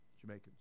Jamaicans